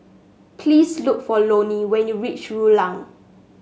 please look for Loney when you reach Rulang